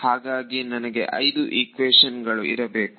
ಹಾಗಾಗಿ ನನಗೆ 5 ಈಕ್ವೇಶನ್ ಗಳು ಇರಬೇಕು